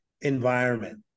environment